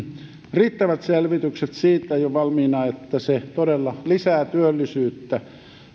riittävät selvitykset jo valmiina siitä että se todella lisää työllisyyttä